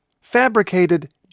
Fabricated